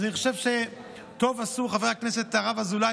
אני חושב שטוב עשו חברי הכנסת הרב אזולאי